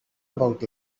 about